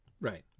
Right